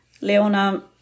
Leona